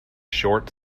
short